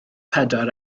pedwar